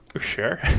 Sure